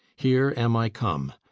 here am i come,